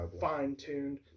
fine-tuned